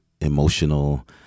emotional